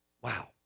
Wow